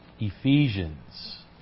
Ephesians